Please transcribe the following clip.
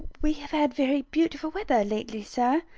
we have had very beautiful weather lately, sir,